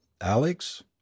Alex